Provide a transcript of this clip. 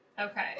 Okay